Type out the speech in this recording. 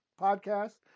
podcast